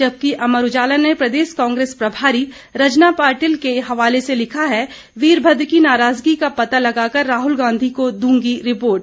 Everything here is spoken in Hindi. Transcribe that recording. जबकि अमर उजाला ने प्रदेश कांग्रेस प्रभारी रजनी पाटिल के हवाले से लिखा है वीरभद्र की नाराजगी का पता लगाकर राहुल गांधी को दूंगी रिपोर्ट